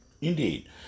Indeed